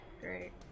Great